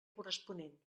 corresponent